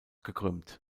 gekrümmt